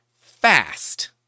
fast